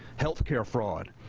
healthcare fraud.